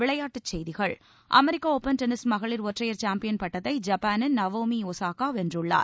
விளையாட்டுச்செய்திகள் அமெரிக்க open tennis மகளிர் ஒற்றையர் சாம்பியன் பட்டத்தை ஜப்பானின் நவோமி ஒஸாகா வென்றுள்ளார்